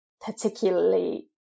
particularly